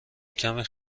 کمی